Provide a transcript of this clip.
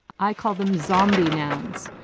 i call them zombie nouns,